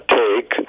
take